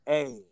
Hey